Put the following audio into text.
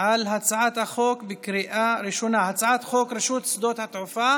על הצעת חוק רשות שדות התעופה